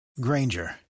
Granger